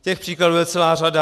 Těch příkladů je celá řada.